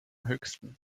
höchsten